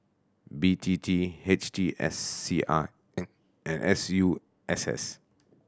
B T T H T S C I and S U S S